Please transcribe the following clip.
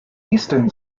easton